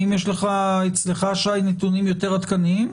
האם יש אצלך, שי, נתונים יותר עדכניים?